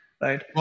right